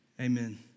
Amen